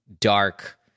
dark